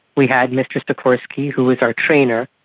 we had mr sikorski, who was our trainer,